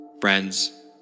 Friends